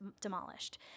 demolished